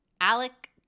Alec